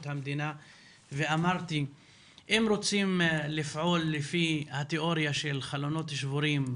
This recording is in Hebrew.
המדינה ואמרתי שאם רוצים לפעול לפי התיאוריה של חלונות שבורים,